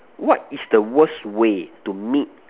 what is the worst way to meet